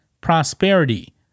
prosperity